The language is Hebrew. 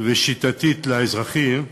ושיטתית לאזרחים,